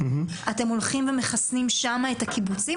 אז אתם הולכים ומחסנים שם את הקיבוצים,